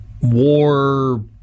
war